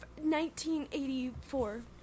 1984